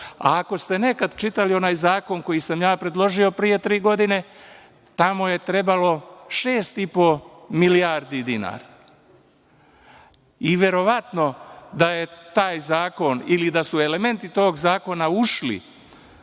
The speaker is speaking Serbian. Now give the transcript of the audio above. a ako ste nekada čitali onaj zakon koji sam ja predložio pre tri godine, tamo je trebalo šest i po milijardi dinara. Verovatno da je taj zakon ili da su elementi tog zakona ušli